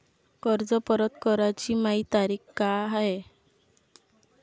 कर्ज परत कराची मायी तारीख का हाय?